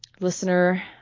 listener